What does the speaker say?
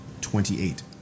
twenty-eight